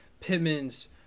Pittman's